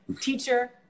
teacher